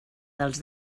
dels